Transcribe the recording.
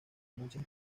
muchas